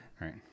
right